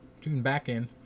tune-back-in